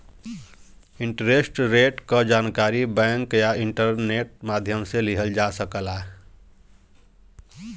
interest rate क जानकारी bank या इंटरनेट माध्यम से लिहल जा सकला